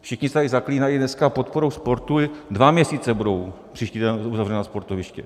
Všichni se tady zaklínají dneska podporou sportu dva měsíce budou příští týden uzavřena sportoviště.